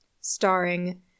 starring